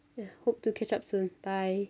ya hope to catch up soon bye